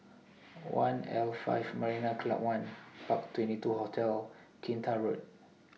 one' L five Marina Club one Park twenty two Hotel Kinta Road